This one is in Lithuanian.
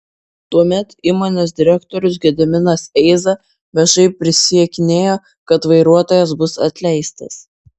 tuomet įmonės direktorius gediminas eiza viešai prisiekinėjo kad vairuotojas bus atleistas